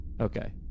Okay